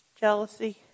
jealousy